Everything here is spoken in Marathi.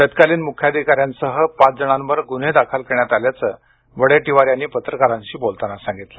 तत्कालिन मुख्याधिकाऱ्यांसह पाच जणांवर गुन्हे दाखल करण्यात आल्याचे वडेट्टीवार यांनी पत्रकारांशी बोलताना सांगितले